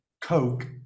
coke